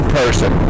person